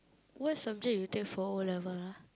what subject you take for O-level ah